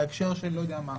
בהקשר של לא יודע מה,